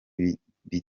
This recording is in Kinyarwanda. biti